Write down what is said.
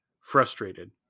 Frustrated